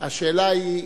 השאלה היא,